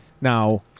Now